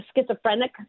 schizophrenic